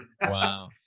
Wow